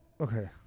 Okay